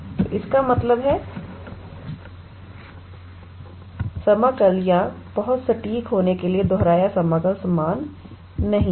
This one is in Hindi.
तो इसका मतलब है दोहरा समाकल या बहुत सटीक होने के लिए दोहराया समाकल समान नहीं हैं